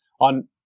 on